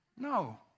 No